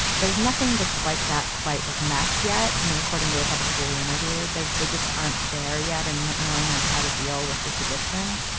there is nothing that's like that quite with math yet. i mean, according to a couple people we interviewed, they just aren't there yet and knowing on how to deal with this addiction.